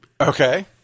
Okay